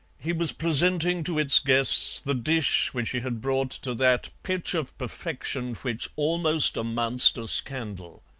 he was presenting to its guests the dish which he had brought to that pitch of perfection which almost amounts to scandal.